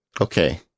Okay